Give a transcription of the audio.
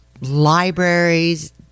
libraries